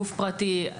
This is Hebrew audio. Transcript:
גוף פרטי?